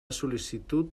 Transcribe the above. sol·licitud